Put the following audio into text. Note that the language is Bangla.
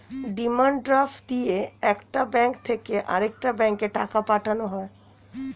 ডিমান্ড ড্রাফট দিয়ে একটা ব্যাঙ্ক থেকে আরেকটা ব্যাঙ্কে টাকা পাঠানো হয়